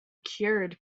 cured